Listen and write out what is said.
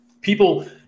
people